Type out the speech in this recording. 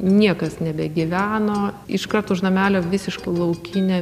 niekas nebegyveno iškart už namelio visiška laukinė